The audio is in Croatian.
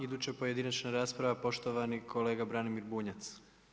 Iduća pojedinačna rasprava poštovani kolega Branimir Bunjac.